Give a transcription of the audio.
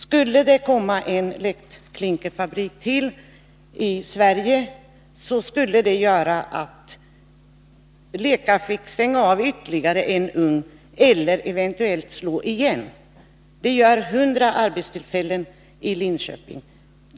Skulle det tillkomma ytterligare en klinkerfabrik i Sverige, skulle det innebära att Svensk Leca fick stänga av ytterligare en ugn eller eventuellt slå igen. Det gäller 100 arbetstillfällen i Linköping.